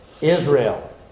Israel